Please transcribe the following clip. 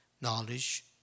knowledge